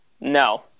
No